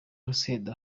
urusenda